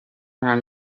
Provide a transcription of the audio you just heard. run